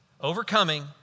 Overcoming